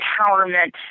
empowerment